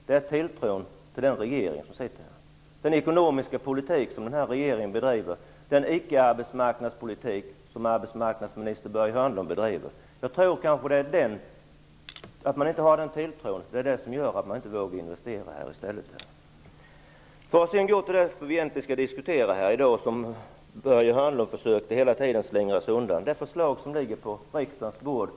Att man saknar tilltro till den ekonomiska politik som regeringen bedriver och till den ickearbetsmarknadspolitik som Börje Hörnlund bedriver är kanske orsaken till att man inte vågar investera här. Börje Hörnlund försökte hela tiden slingra sig undan det som vi egentligen skall diskutera här i dag, nämligen det förslag om en obligatorisk allmän arbetslöshetsförsäkring som nu ligger på riksdagens bord.